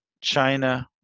China